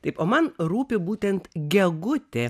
taip man rūpi būtent gegutė